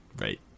right